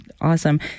Awesome